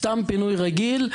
סתם פינוי רגיל,